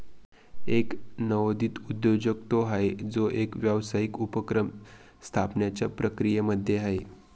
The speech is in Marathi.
एक नवोदित उद्योजक तो आहे, जो एक व्यावसायिक उपक्रम स्थापण्याच्या प्रक्रियेमध्ये आहे